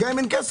וגם אם אין כסף,